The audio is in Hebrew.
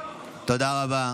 תודה רבה.